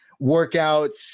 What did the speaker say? workouts